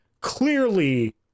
clearly